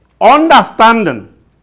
understanding